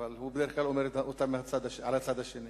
אבל הוא בדרך כלל אומר אותם על הצד השני.